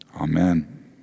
amen